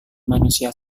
manusia